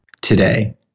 today